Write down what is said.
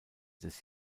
des